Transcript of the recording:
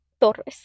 Torres